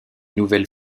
nouvelle